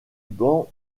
banc